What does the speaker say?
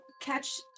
catch